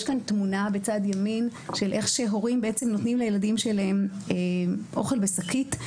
יש כאן תמונה בצד ימין הממחישה איך הורים נותנים לילדיהם אוכל בשקית.